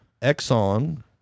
Exxon